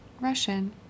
Russian